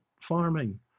farming